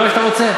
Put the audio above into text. זה מה שאתה רוצה?